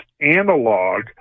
analog